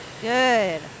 Good